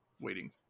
waiting